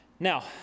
Now